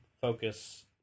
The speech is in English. focus